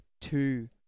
two